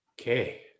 Okay